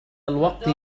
الوقت